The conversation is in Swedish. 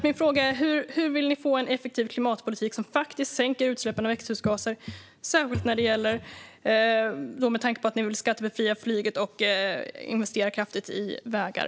Min fråga är som sagt: Hur vill ni få en effektiv klimatpolitik som sänker utsläppen av växthusgaser, särskilt med tanke på att ni vill skattebefria flyget och investera kraftigt i vägar?